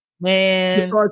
Man